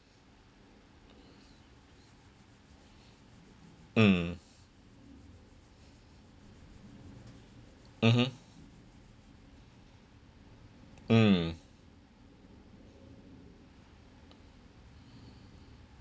mm mmhmm mm